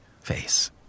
face